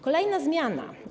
Kolejna zmiana.